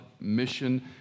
mission